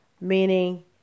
meaning